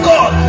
God